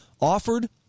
offered